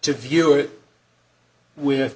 to view it with